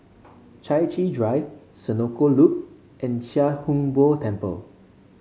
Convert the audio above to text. Chai Chee Drive Senoko Loop and Chia Hung Boo Temple